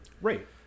Right